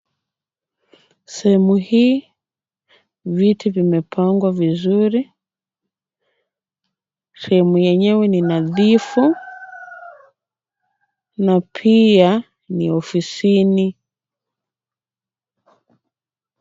Sehemu hii viti vimepangwa vizuri. Sehemu yenyewe ni nadhifu na pia ni ofisini.